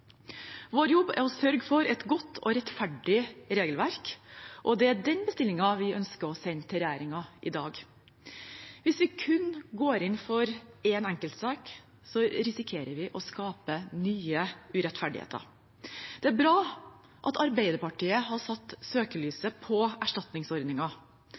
Vår jobb er å sørge for et godt og rettferdig regelverk, og det er den bestillingen vi ønsker å sende til regjeringen i dag. Hvis vi kun går inn for én enkeltsak, risikerer vi å skape nye urettferdigheter. Det er bra at Arbeiderpartiet har satt søkelys